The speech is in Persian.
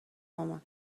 مامان